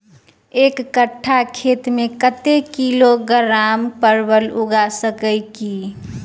एक कट्ठा खेत मे कत्ते किलोग्राम परवल उगा सकय की??